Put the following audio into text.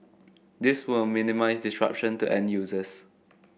this will minimise disruption to end users